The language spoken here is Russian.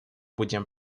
будем